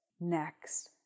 Next